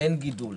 אין גידול.